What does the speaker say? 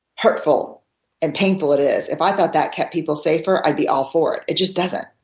hurtful and painful it is, if i thought that kept people safer, i'd be all for it. it just doesn't.